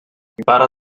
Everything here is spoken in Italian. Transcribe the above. impara